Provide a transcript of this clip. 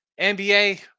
NBA